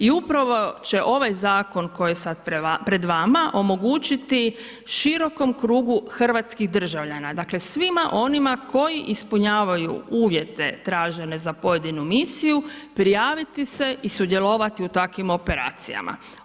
I upravo će ovaj Zakon koje je sad pred vama omogućiti širokom krugu hrvatskih državljana, dakle svima onima koji ispunjavaju uvjete tražene za pojedinu misiju prijaviti se i sudjelovati u takvim operacijama.